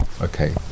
okay